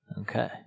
Okay